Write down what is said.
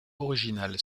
originale